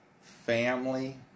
Family